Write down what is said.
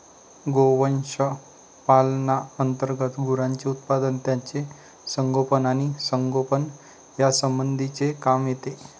गोवंश पालना अंतर्गत गुरांचे उत्पादन, त्यांचे संगोपन आणि संगोपन यासंबंधीचे काम येते